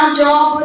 job